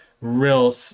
real